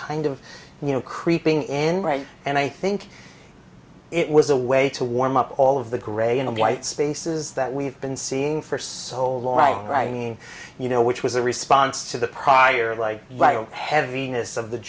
kind of you know creeping in right and i think it was a way to warm up all of the gray and white spaces that we've been seeing for solo writing writing you know which was a response to the prior like heaviness of the